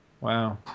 Wow